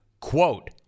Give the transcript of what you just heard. Quote